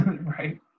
right